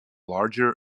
larger